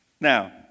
Now